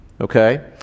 okay